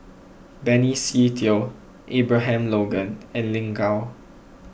Benny Se Teo Abraham Logan and Lin Gao